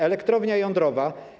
Elektrownia jądrowa.